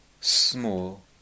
small